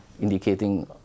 Indicating